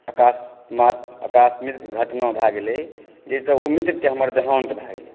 अकस्मात् आकस्मिक घटना भय गेलै जाहिसँ ओ मित्रकेँ हमर देहान्त भऽ गेलै